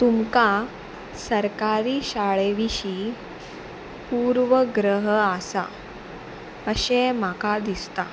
तुमकां सरकारी शाळे विशीं पूर्वग्रह आसा अशें म्हाका दिसता